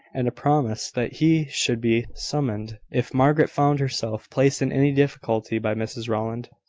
and a promise that he should be summoned, if margaret found herself placed in any difficulty by mrs rowland.